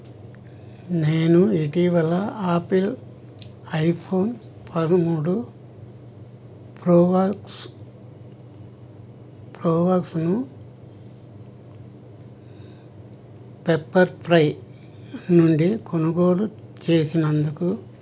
నేను ఇటీవల Apple iPhone పదమూడు ప్రో మాక్స్ ప్రో వాక్స్ను పెప్పర్ప్రై నుండి కొనుగోలు చేసినందుకు